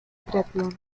triatlón